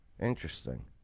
Interesting